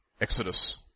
Exodus